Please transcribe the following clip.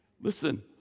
Listen